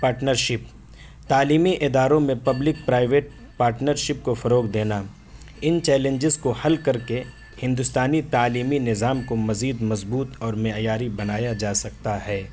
partnership تعلیمی اداروں میں پبلک پرائیویٹ پارٹنرشپ کو فروغ دینا ان چیلنجز کو حل کر کے ہندوستانی تعلیمی نظام کو مزید مضبوط اور معیاری بنایا جا سکتا ہے